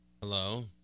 Hello